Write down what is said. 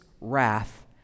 wrath